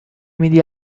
میدی